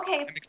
okay